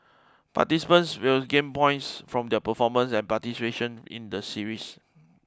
participants will gain points from their performance and participation in the series